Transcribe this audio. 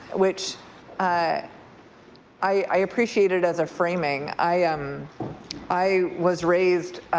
which i i appreciated as a framing. i um i was raised